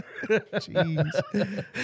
Jeez